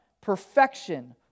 Perfection